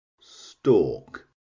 stalk